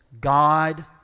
God